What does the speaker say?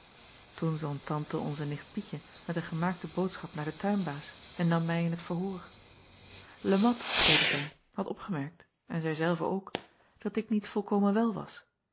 oen zond ante onze nicht ietje met een gemaakte boodschap naar den tuinbaas en nam mij in t verhoor e at zeide zij had opgemerkt en zij zelve ook dat ik niet volkomen wel was